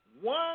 one